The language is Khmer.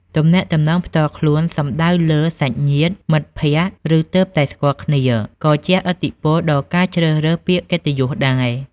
ទំនាក់ទំនងផ្ទាល់ខ្លួនសំដៅលើ សាច់ញាតិ មិត្តភក្តិ ឬទើបតែស្គាល់គ្នា ក៏ជះឥទ្ធិពលដល់ការជ្រើសរើសពាក្យកិត្តិយសដែរ។